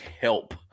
help